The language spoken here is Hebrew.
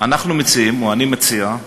אנחנו מציעים, או אני מציע,